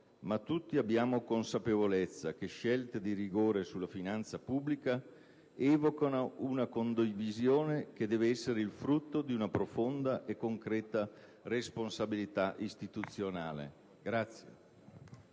ma tutti abbiamo consapevolezza che scelte di rigore sulla finanza pubblica evocano una condivisione che deve essere il frutto di una profonda e concreta responsabilità istituzionale.